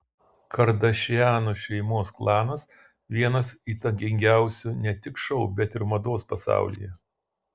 kardašianų šeimos klanas vienas įtakingiausių ne tik šou bet ir mados pasaulyje